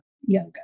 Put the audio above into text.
Yoga